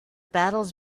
battles